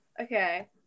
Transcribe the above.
okay